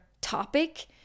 topic